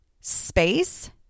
space